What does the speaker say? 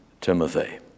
Timothy